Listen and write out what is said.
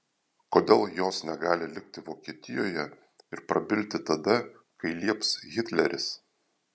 kodėl jos negali likti vokietijoje ir prabilti tada kai lieps hitleris